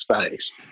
space